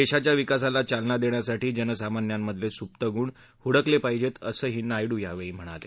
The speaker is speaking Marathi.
देशाच्या विकासाला चालना देण्यासाठी जनसामान्यांमधले सुप्त गुण हुडकले पाहिजेत असंही नायडू यावेळी म्हणाले